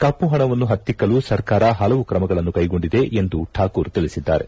ಕಪ್ಪು ಹಣವನ್ನು ಹತ್ತಿಕ್ಕಲು ಸರ್ಕಾರ ಹಲವು ಕ್ರಮಗಳನ್ನು ಕೈಗೊಂಡಿದೆ ಎಂದು ಠಾಕೂರ್ ತಿಳಿಸಿದ್ದಾರೆ